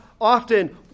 often